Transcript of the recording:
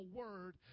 word